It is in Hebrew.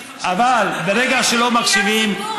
אני מקשיב אליך.